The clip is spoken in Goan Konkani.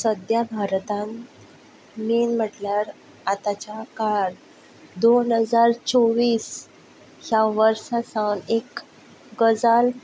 सद्या भारतांत मेन म्हटल्यार आताच्या काळांत दोन हजार चोवीस ह्या वर्सा सावन एक गजाल